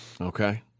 Okay